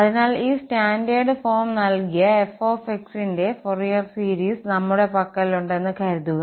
അതിനാൽ ഈ standard form നൽകിയ f ന്റെ ഫോറിയർ സീരീസ് ഞങ്ങളുടെ പക്കലുണ്ടെന്ന് കരുതുക